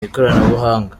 ikoranabuhanga